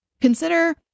Consider